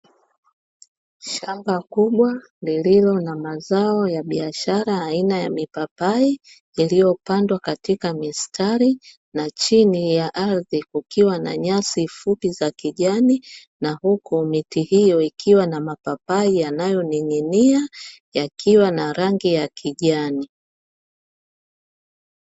Shamba kubwa lililo na mazao ya biashara aina ya mipapai iliyopandwa katika mistari na chini ya ardhi kukiwa na nyasi fupi za kijani, na huku miti hiyo ikiwa na mapapai yanayoning'inia yakiwa na rangi ya kijani.